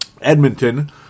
Edmonton